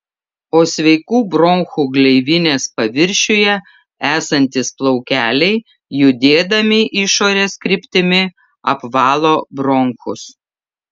o sveikų bronchų gleivinės paviršiuje esantys plaukeliai judėdami išorės kryptimi apvalo bronchus